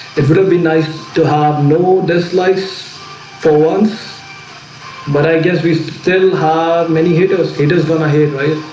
it will be nice to have no the slice for once but i guess we still have many hitters hitters gonna hate right?